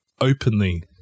openly